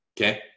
okay